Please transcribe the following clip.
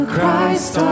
Christ